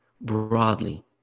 broadly